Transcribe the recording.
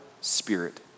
spirit